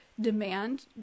demand